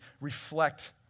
reflect